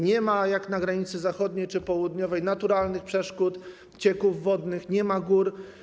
Nie ma - jak na granicy zachodniej czy południowej - naturalnych przeszkód, cieków wodnych, nie ma gór.